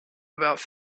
about